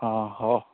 ହଁ ହ